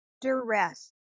duress